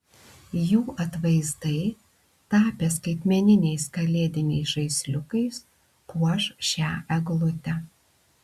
jų atvaizdai tapę skaitmeniniais kalėdiniais žaisliukais puoš šią eglutę